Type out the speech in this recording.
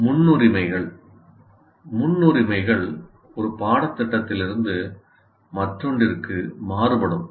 முன்னுரிமைகள் முன்னுரிமைகள் ஒரு பாடத்திட்டத்திலிருந்து மற்றொன்றுக்கு மாறுபடும்